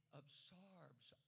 absorbs